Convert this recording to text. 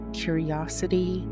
curiosity